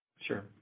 Sure